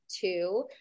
two